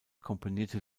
komponierte